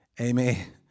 Amen